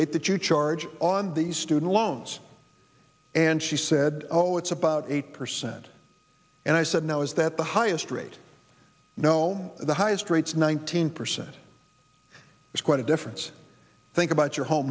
rate that you charge on these student loans and she said oh it's about eight percent and i said no is that the highest rate you know the highest rates nineteen percent is quite a difference think about your home